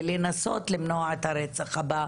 ולנסות למנוע את הרצח הבא,